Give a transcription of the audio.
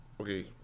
Okay